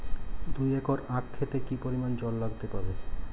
দুই একর আক ক্ষেতে কি পরিমান জল লাগতে পারে?